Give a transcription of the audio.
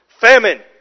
famine